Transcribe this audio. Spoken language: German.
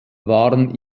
waren